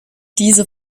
diese